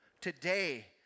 today